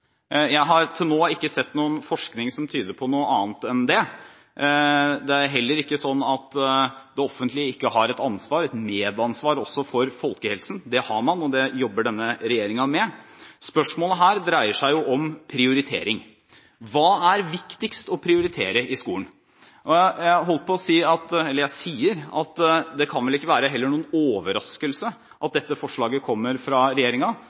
Jeg har til nå ikke sett noe forskning som tyder på noe annet enn det. Det er heller ikke sånn at det offentlige ikke har et ansvar – et medansvar – også for folkehelsen. Det har man, og det jobber denne regjeringen med. Spørsmålet her dreier seg jo om prioritering. Hva er viktigst å prioritere i skolen? Det kan vel heller ikke være noen overraskelse at dette forslaget kommer fra